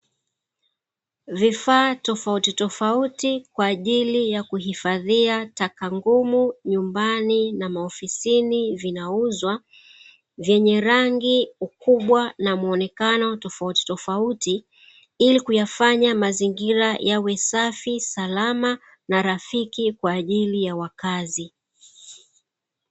Vifaa tofautitofauti kwaajili ya kuhifadhia taka ngumu nyumbani na maofisini vinauzwa, vyenye rangi, ukubwa na muonekano tofautitofauti, ili kuyafanya mazingira yawe safi, salama na rafiki kwa ajili ya wakazi.